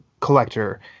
collector